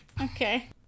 Okay